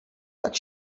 tak